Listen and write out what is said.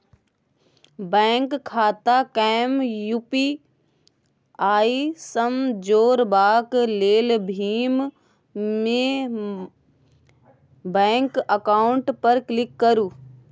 bank खाता केँ UPI सँ जोरबाक लेल भीम मे बैंक अकाउंट पर क्लिक करु